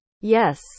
Yes